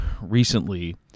recently